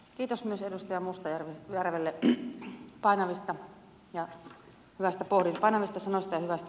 kiitos myös edustaja mustajärvelle painavista sanoista ja hyvästä pohdinnasta